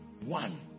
One